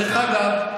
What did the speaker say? דרך אגב,